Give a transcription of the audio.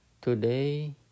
Today